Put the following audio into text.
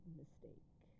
mistake